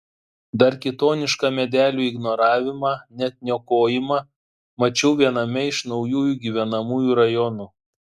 dar kitonišką medelių ignoravimą net niokojimą mačiau viename iš naujųjų gyvenamųjų rajonų